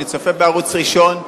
אני צופה בערוץ הראשון,